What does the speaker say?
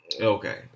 Okay